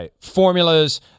formulas